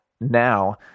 now